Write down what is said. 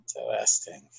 Interesting